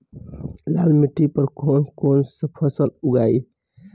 लाल मिट्टी पर कौन कौनसा फसल उगाई?